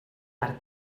per